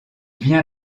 vient